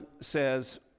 says